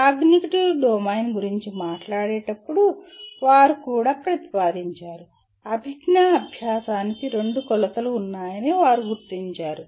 cognitive domain గురించి మాట్లాడేటప్పుడు వారు కూడా ప్రతిపాదించారు అభిజ్ఞా అభ్యాసానికి రెండు కొలతలు ఉన్నాయని వారు గుర్తించారు